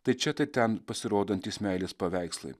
tai čia tai ten pasirodantys meilės paveikslai